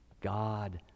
God